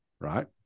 Right